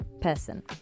person